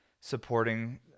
supporting